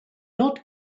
not